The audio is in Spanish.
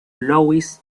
louis